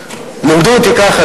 לימדו אותי ככה,